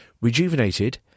Rejuvenated